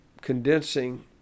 condensing